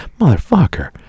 motherfucker